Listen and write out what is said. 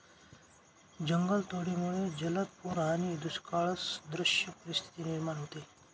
जंगलतोडीमुळे जलद पूर आणि दुष्काळसदृश परिस्थिती निर्माण होते